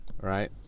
right